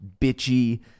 bitchy